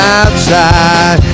outside